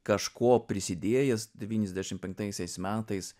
kažkuo prisidėjęs devyniasdešimt penktaisiais metais